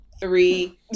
three